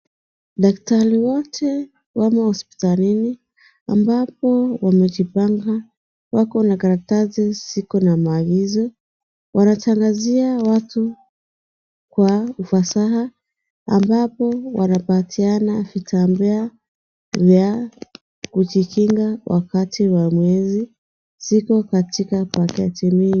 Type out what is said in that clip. Daktari wote wamo hospitalini. Ambapo wamejipanga, wako na karatasi ziko na maagizo. Wanatangazia watu kwa ufasaha ambapo wanapatiana vitambaa vya ujikinga wakati wa mwezi. Ziko katika pakiti mingi.